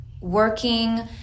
working